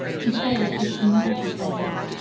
he sailed with some merchant vessels,